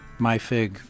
MyFig